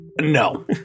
No